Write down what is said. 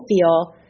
feel